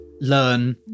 learn